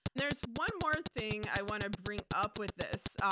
there's one more thing i want to bring up with this,